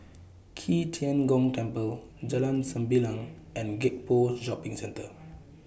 Qi Tian Gong Temple Jalan Sembilang and Gek Poh Shopping Centre